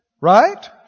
right